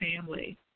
family